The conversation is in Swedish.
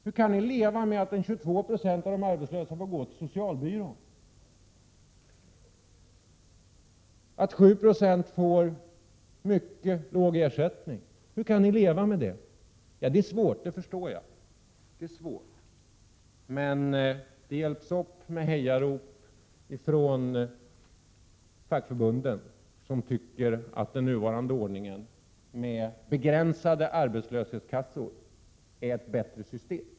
Hur kan ni leva med att 22 20 av de arbetslösa får gå till socialbyrån, att 7 70 får mycket låg ersättning? Hur kan ni leva med detta? Att det är svårt förstår jag, men det hjälps upp genom hejarop från fackförbunden, som tycker att den nuvarande ordningen med begränsade arbetslöshetskassor är ett bra system.